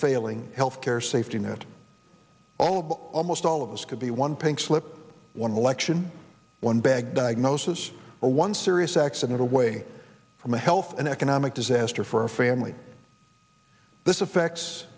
failing health care safety net all but almost all of us could be one pink slip one of election one bag diagnosis or one serious accident away from a health and economic disaster for our family this affects